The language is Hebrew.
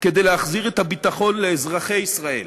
כדי להחזיר את הביטחון לאזרחי ישראל